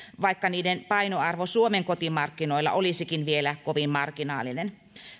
vaikka niiden painoarvo suomen kotimarkkinoilla olisikin vielä kovin marginaalinen